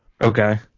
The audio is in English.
Okay